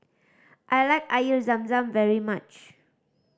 I like Air Zam Zam very much